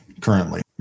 currently